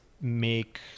make